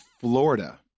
Florida